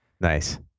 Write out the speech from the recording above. Nice